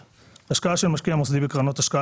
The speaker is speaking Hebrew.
השקעה של משקיע מוסדי בקרנות השקעה